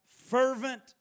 Fervent